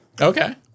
Okay